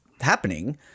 happening